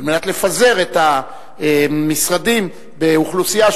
על מנת לפזר את המשרדים באוכלוסייה,